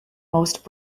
most